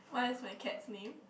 what is my cat's name